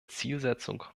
zielsetzung